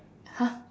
!huh!